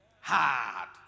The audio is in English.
hard